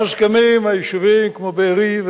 ואז קמים יישובים כמו בארי,